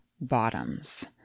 bottoms